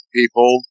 people